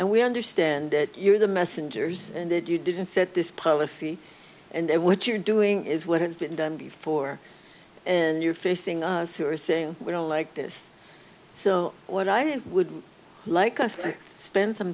and we understand that you are the messengers and that you didn't set this policy and what you're doing is what it's been done before and you're facing us who are saying we don't like this so what i would like us to spend some